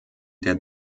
der